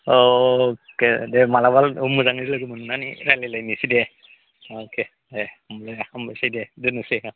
औ अके दे मालाबा मोजाङै लोगो मोननानै रायलायनोसै दे अके दे हामबायसै दे दोननोसै ओ